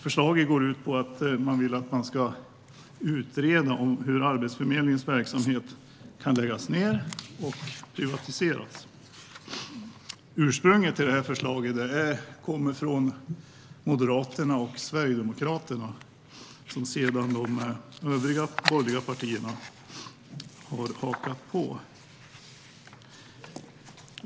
Förslaget går ut på att man ska utreda hur Arbetsförmedlingens verksamhet kan läggas ned och privatiseras. Arbetsmarknads-utredningen Ursprunget till förslaget kommer från Moderaterna och Sverigedemokraterna, och detta har övriga borgerliga partier sedan hakat på.